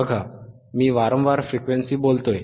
बघा मी वारंवार फ्रीक्वेंसी बोलतोय